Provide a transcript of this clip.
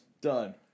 done